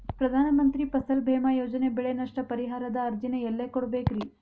ಪ್ರಧಾನ ಮಂತ್ರಿ ಫಸಲ್ ಭೇಮಾ ಯೋಜನೆ ಬೆಳೆ ನಷ್ಟ ಪರಿಹಾರದ ಅರ್ಜಿನ ಎಲ್ಲೆ ಕೊಡ್ಬೇಕ್ರಿ?